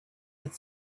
but